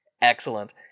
Excellent